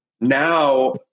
now